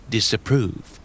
Disapprove